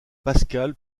pascal